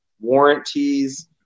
warranties